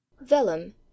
vellum